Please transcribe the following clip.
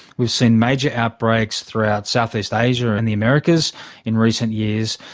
we've seen major outbreaks throughout southeast asia and the americas in recent years.